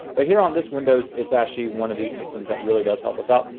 but here on this windows, it's actually one these systems that really does help us out.